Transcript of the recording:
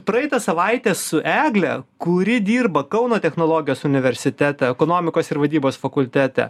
praeitą savaitę su egle kuri dirba kauno technologijos universitete ekonomikos ir vadybos fakultete